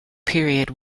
period